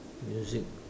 music